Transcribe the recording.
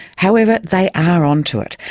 however they are onto it.